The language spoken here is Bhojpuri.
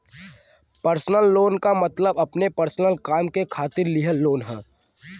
पर्सनल लोन क मतलब अपने पर्सनल काम के खातिर लिहल लोन हौ